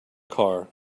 car